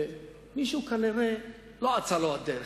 ומישהו כנראה לא אצה לו הדרך.